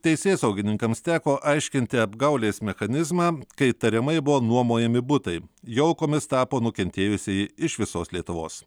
teisėsaugininkams teko aiškinti apgaulės mechanizmą kai tariamai buvo nuomojami butai jo aukomis tapo nukentėjusieji iš visos lietuvos